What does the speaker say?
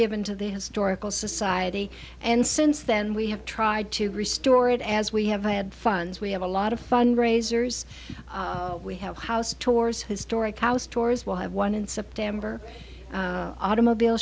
given to the historical society and since then we have tried to restore it as we have had funds we have a lot of fund raisers we have house tours historic house tours will have one in september automobile